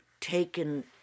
taken